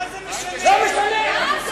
הנה,